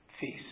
Feast